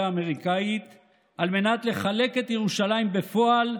האמריקנית על מנת לחלק את ירושלים בפועל,